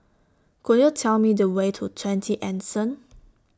Could YOU Tell Me The Way to twenty Anson